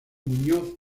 muñoz